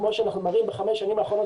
כמו שאנחנו מראים בחמש השנים האחרונות,